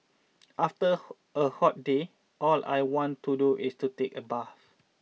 after a hot day all I want to do is to take a bath